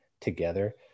together